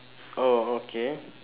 orh okay